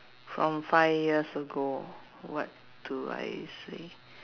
from five years ago what do I say